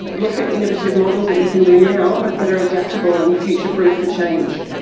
look at innovative models that you can do now but that are adaptable and future-proof for change.